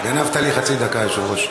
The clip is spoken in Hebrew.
גנבת לי חצי דקה, היושב-ראש.